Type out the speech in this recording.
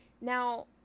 Now